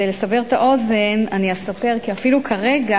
כדי לסבר את האוזן אני אספר כי אפילו שכרגע,